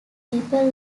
people